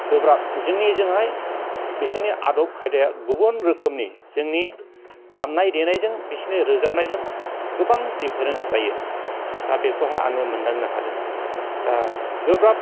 गोब्राब जोंनिजोंहाय बिसोरनि आदब खायदाया गुबुन रोखोमनि जोंनि दामनाय देनायजों बिसोरनि रोजाबनायजों गोबां डिफारेन्स थायो दा बेखौहाय आङो मोनदांनो हादों दा गोब्राब